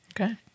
Okay